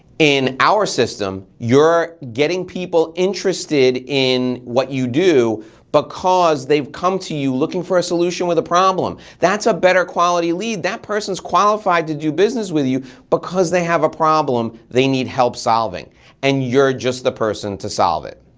in our system, you're getting people interested in what you do because they've come to you looking for a solution with a problem. that's a better quality lead. that person's qualified to do business with you because they have a problem they need help solving and you're just the person to solve it.